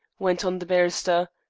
went on the barrister.